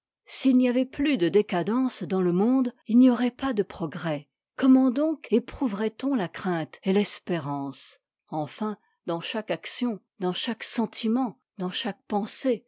s'il n'y avait plus de décadence dans le monde il n'y aurait pas de progrès comment donc éprouverait on la crainte et l'espérance enfin dans chaque action dans chaque sentiment dans chaque pensée